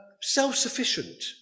self-sufficient